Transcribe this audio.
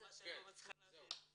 זה מה שאני לא מצליחה להבין.